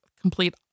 complete